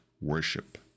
Worship